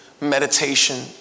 meditation